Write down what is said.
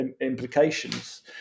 implications